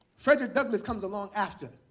frederick douglass comes along after.